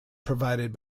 provided